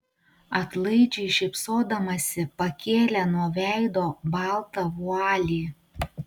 atlaidžiai šypsodamasi pakėlė nuo veido baltą vualį